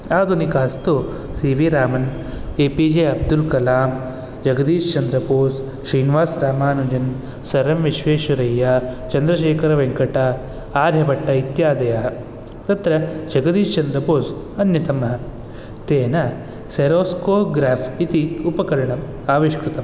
आधुनिकास्तु C V Raman A P J Abdul Kalam Jagadish Chandra Bose Srinivasa Ramanujam Sir M Visvesvaraya Chandrasekhara Venkata Aryabhata इत्यादयः तत्र जगदीश्चन्द्रबोस् अन्यतमः तेन सेरेस्कोग्राफ़्स् इति उपकरणम् आविष्कृतम्